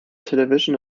television